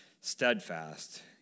steadfast